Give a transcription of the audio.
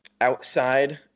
outside